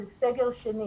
של סגר שני.